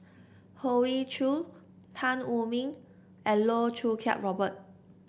Hoey Choo Tan Wu Meng and Loh Choo Kiat Robert